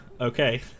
okay